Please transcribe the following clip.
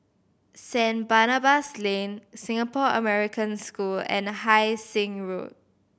Saint Barnabas Lane Singapore American School and Hai Sing Road